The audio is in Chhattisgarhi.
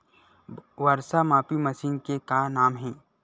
वर्षा मापी मशीन के का नाम हे?